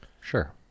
Sure